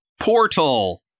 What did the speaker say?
portal